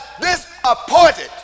disappointed